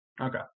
Okay